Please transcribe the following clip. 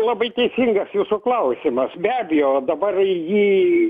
labai teisingas jūsų klausimas be abejo dabar jį